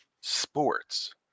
sports